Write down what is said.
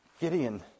Gideon